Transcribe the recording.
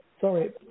Sorry